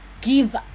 give